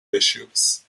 issues